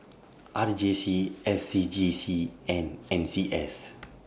R J C S C G C and N C S